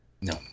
no